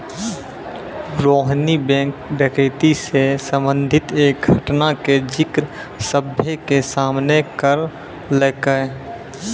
Rohini bank डकैती से संबंधित एक घटना के जिक्र सभ्भे के सामने करलकै